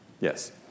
Yes